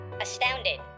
Astounded